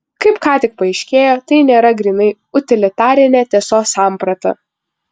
kaip ką tik paaiškėjo tai nėra grynai utilitarinė tiesos samprata